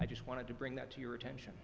i just wanted to bring that to your attention